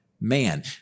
man